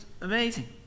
amazing